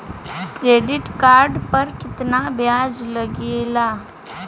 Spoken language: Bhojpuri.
क्रेडिट कार्ड पर कितना ब्याज लगेला?